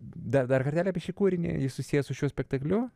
dar dar apie šį kūrinį jis susijęs su šiuo spektakliu